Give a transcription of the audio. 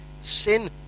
Sin